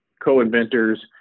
co-inventors